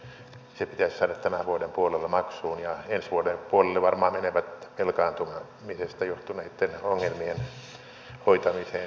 se pitäisi saada tämän vuoden puolella maksuun ja ensi vuoden puolelle varmaan menevät velkaantumisesta johtuneitten ongelmien hoitamiseen liittyvät päätökset